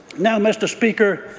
now, mr. speaker,